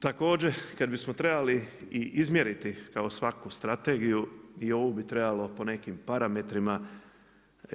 Također kada bismo trebali i izmjeriti kao svaku strategiju i ovu bi trebalo po nekim parametrima,